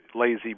lazy